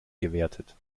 gewertet